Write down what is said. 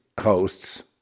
hosts